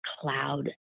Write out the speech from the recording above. cloud